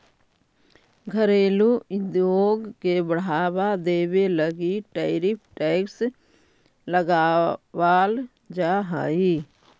घरेलू उद्योग के बढ़ावा देवे लगी टैरिफ टैक्स लगावाल जा हई